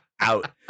out